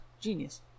Genius